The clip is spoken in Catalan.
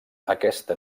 aquesta